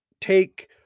take